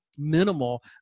minimal